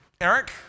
Eric